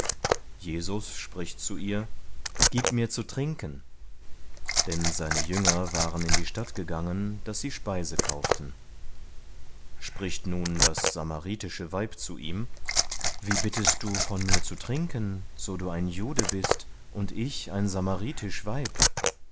jesus spricht zu ihr gib mir zu trinken denn seine jünger waren in die stadt gegangen daß sie speise kauften spricht nun das samaritische weib zu ihm wie bittest du von mir zu trinken so du ein jude bist und ich ein samaritisch